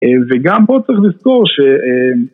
וגם פה צריך לזכור ש...